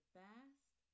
best